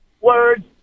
words